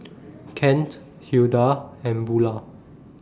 Kent Hilda and Bulah